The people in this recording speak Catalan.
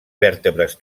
vèrtebres